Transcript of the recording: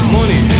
money